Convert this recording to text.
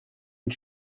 und